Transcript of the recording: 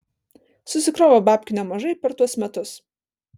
susikrovė babkių nemažai per tuos metus